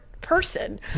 Person